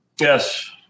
Yes